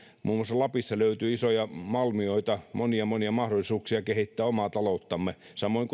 muun muassa lapista löytyy isoja malmioita monia monia mahdollisuuksia kehittää omaa ta louttamme samoin